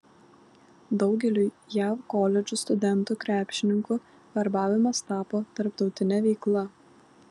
daugeliui jav koledžų studentų krepšininkų verbavimas tapo tarptautine veikla